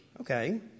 Okay